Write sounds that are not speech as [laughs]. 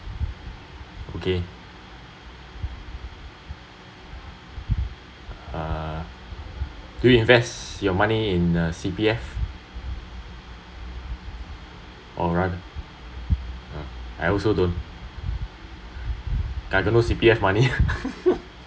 okay uh do you invest your money in uh C_P_F or rather uh I also don’t I got no C_P_F money [laughs]